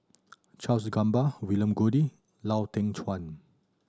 Charles Gamba William Goode Lau Teng Chuan